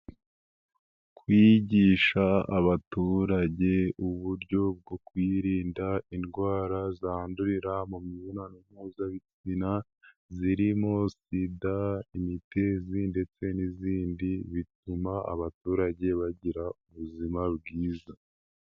Kwigisha abaturage uburyo bwo kwirinda indwara zandurira mu mibonanompuzabitsina, zirimo SIDA, Imitezi ndetse n'izindi, bituma abaturage bagira ubuzima bwiza.